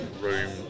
room